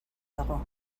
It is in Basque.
dago